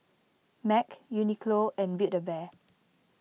Mac Uniqlo and Build A Bear